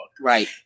Right